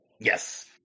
Yes